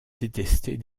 détester